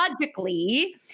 logically